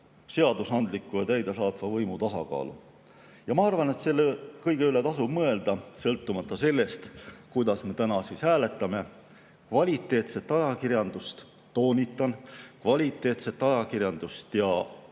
seadusandliku ja täidesaatva võimu tasakaalu. Ma arvan, et selle kõige üle tasub mõelda, sõltumata sellest, kuidas me täna hääletame. Kvaliteetset ajakirjandust – toonitan, kvaliteetset ajakirjandust – ja ka